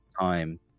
time